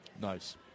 Nice